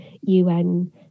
UN